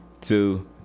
two